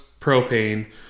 propane